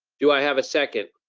do i have a second?